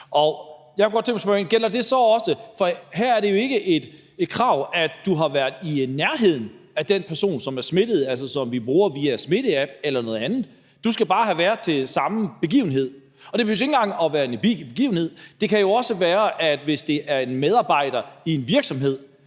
Jeg kunne godt tænke mig også at spørge ind til, hvor det så gælder, for her er det jo ikke et krav, at du har været i nærheden af den person, som er smittet, altså som en bruger via smitteapp eller noget andet; du skal bare have været til samme begivenhed. Og det behøver jo ikke engang at være en begivenhed. Det kan også være, hvis det er en medarbejder i en virksomhed,